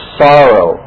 sorrow